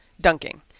dunking